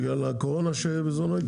בגלל הקורונה בזמנו?